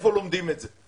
היכן לומדים את זה.